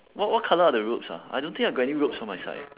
what what colour are the ropes ah I don't think I got any ropes on my side eh